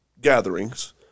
gatherings